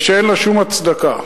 שאין לה שום הצדקה.